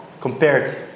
compared